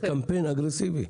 בקמפיין אגרסיבי.